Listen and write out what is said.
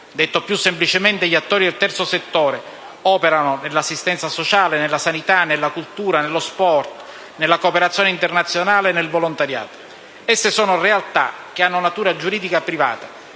Detto più semplicemente, gli attori del terzo settore operano nell'assistenza sociale, nella sanità, nella cultura, nello sport, nella cooperazione internazionale e nel volontariato; esse sono realtà che hanno natura giuridica privata